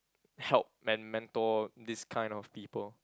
help men~ mentor this kind of people